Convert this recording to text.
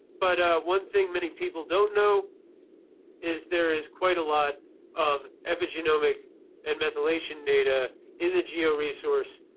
but one thing many people don't know is there is quite a lot of epigenomic and methylation data in the geo resource,